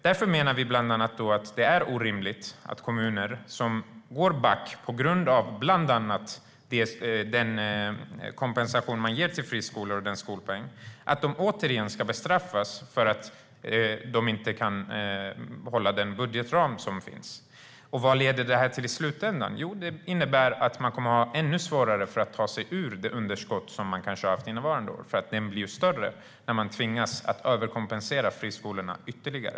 Därför menar vi att det är orimligt att kommuner som går back på grund av bland annat den kompensation och skolpeng som ges till friskolor återigen ska bestraffas för att de inte kan hålla den budgetram som finns. Vad leder då detta till i slutändan? Jo, det innebär att man kommer att ha ännu svårare att ta sig ur det underskott man kanske har haft under innevarande år, för det blir ju större när man tvingas överkompensera friskolorna ytterligare.